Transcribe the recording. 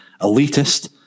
elitist